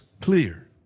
clear